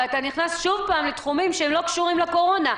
אבל אתה נכנס שוב פעם לתחומים שלא קשורים לקורונה.